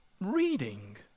reading